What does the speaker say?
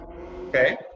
okay